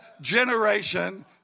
generation